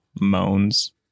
Moans